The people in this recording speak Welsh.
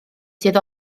sydd